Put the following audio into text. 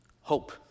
Hope